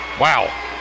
wow